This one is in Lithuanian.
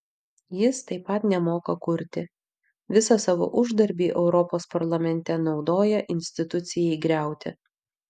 jis taip pat nemoka kurti visą savo uždarbį europos parlamente naudoja institucijai griauti